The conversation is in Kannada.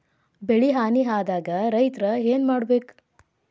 ಬೆಳಿ ಹಾನಿ ಆದಾಗ ರೈತ್ರ ಏನ್ ಮಾಡ್ಬೇಕ್?